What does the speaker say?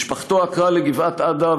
משפחתו עקרה לגבעת-עדה,